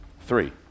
three